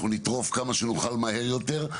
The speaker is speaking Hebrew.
אנחנו נטרוף כמה שנוכל מהר יותר,